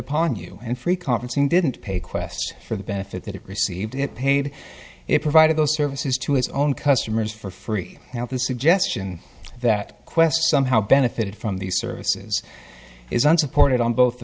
upon you and free conferencing didn't pay quest for the benefit that it received it paid it provided those services to his own customers for free now the suggestion that quest somehow benefited from these services is unsupported on both the